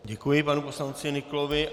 Děkuji panu poslanci Nyklovi.